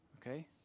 Okay